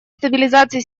стабилизации